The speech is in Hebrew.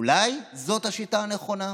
אולי זו השיטה הנכונה?